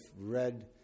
read